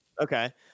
Okay